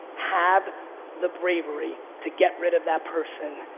have the bravery to get rid of that person,